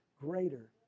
greater